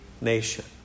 nation